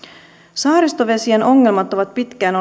saaristovesien ongelmat ovat pitkään